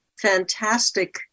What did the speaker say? fantastic